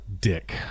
Dick